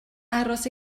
aros